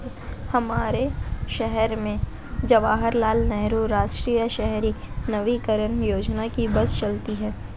हमारे शहर में जवाहर लाल नेहरू राष्ट्रीय शहरी नवीकरण योजना की बस चलती है